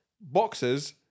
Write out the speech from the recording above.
boxes